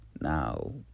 Now